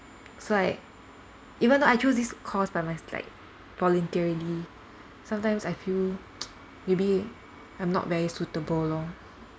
so I even though I choose this course by mys~ like voluntarily sometimes I feel maybe I'm not very suitable lor